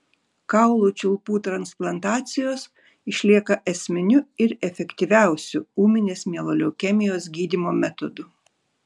kaulų čiulpų transplantacijos išlieka esminiu ir efektyviausiu ūminės mieloleukemijos gydymo metodu